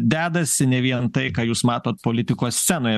dedasi ne vien tai ką jūs matot politikos scenoj